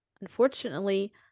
unfortunately